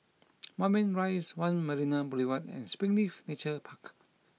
Moulmein Rise One Marina Boulevard and Springleaf Nature Park